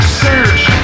search